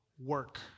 work